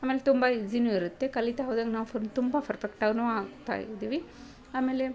ಆಮೇಲೆ ತುಂಬ ಈಝಿನೂ ಇರುತ್ತೆ ಕಲಿತಾ ಹೋದಂಗೆ ನಾವು ಫುಲ್ ತುಂಬ ಫರ್ಫೆಕ್ಟನೂ ಆಗ್ತಾಯಿದ್ದೀವಿ ಆಮೇಲೆ